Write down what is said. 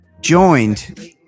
joined